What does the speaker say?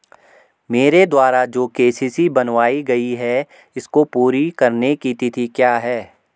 मेरे द्वारा जो के.सी.सी बनवायी गयी है इसको पूरी करने की तिथि क्या है?